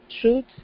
truth